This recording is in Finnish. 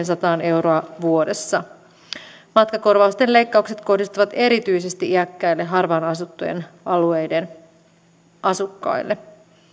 sata viiva kaksisataa euroa vuodessa matkakorvausten leikkaukset kohdistuivat erityisesti iäkkäille harvaan asuttujen alueiden asukkaille